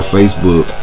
Facebook